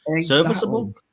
serviceable